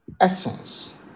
essence